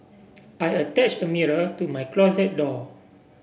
I attached a mirror to my closet door